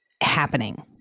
happening